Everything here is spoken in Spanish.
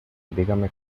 dígame